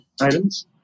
items